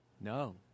No